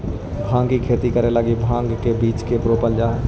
भाँग के खेती करे लगी भाँग के बीज के रोपल जा हई